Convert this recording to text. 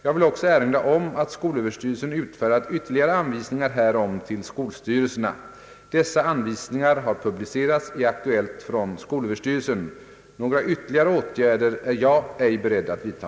Jag vill också erinra om att skolöverstyrelsen utfärdat ytterligare anvisningar härom till skolstyrelserna. Dessa anvisningar har publicerats i Aktuellt från skolöverstyrelsen. Några ytterligare åtgärder är jag ej beredd att vidta.